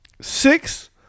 six